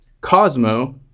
Cosmo